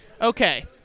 okay